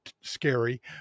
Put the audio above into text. scary